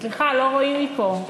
סליחה, לא רואים פה.